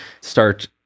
start